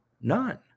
None